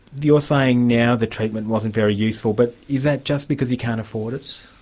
you're saying now the treatment wasn't very useful, but is that just because you can't afford it?